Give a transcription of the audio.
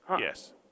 yes